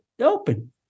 open